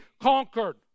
conquered